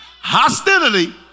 Hostility